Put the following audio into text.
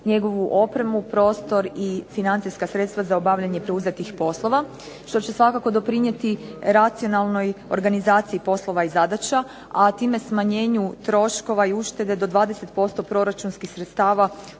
njegovu opremu, prostor i financijska sredstva za obavljanje preuzetih poslova, te će doprinijeti racionalnoj organizaciji poslova i zadaća, a time smanjiti i troškove i uštede računamo minimalno 20% proračunskih sredstava